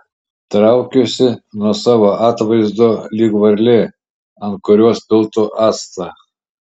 traukiuosi nuo savo atvaizdo lyg varlė ant kurios piltų actą